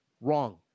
wrong